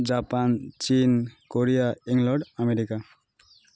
Japan ଚୀନ୍ Korea England America